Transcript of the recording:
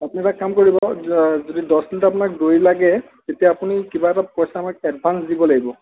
আপুনি এটা কাম কৰিব যদি দহ লিটাৰ আপোনাক দৈ লাগে তেতিয়া আপুনি কিবা এটা পইচা আমাক এডভাঞ্চ দিব লাগিব